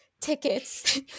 tickets